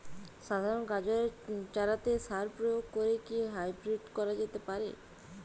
সাধারণ গাজরের চারাতে সার প্রয়োগ করে কি হাইব্রীড করা যেতে পারে?